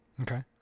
Okay